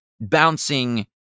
bouncing